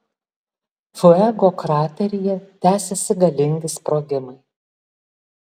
fuego krateryje tęsiasi galingi sprogimai